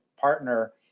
partner